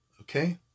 Okay